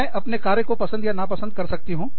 मैं अपने कार्य को पसंद या नापसंद कर सकती हूँ